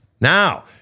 Now